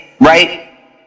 right